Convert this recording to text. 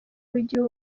w’igihugu